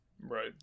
right